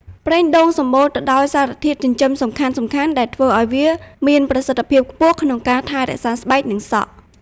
ប្រេងដូងសម្បូរទៅដោយសារធាតុចិញ្ចឹមសំខាន់ៗ ដែលធ្វើឲ្យវាមានប្រសិទ្ធភាពខ្ពស់ក្នុងការថែរក្សាស្បែក និងសក់។